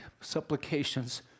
supplications